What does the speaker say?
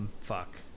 Fuck